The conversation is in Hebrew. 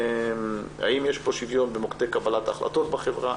האם יש פה שוויון במוקדי קבלת ההחלטות בחברה,